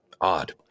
odd